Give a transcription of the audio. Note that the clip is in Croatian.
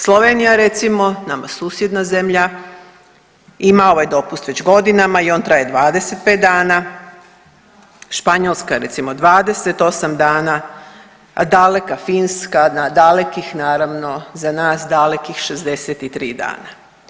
Slovenija recimo nama susjedna zemlja ima ovaj dopust već godinama i on traje 25 dana, Španjolska recimo 28 dana, a daleka Finska na dalekih naravno za nas dalekih 63 dana.